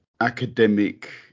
academic